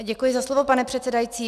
Děkuji za slovo, pane předsedající.